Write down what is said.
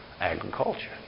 Agriculture